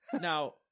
Now